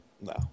no